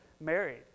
married